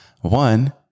One